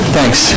Thanks